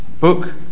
book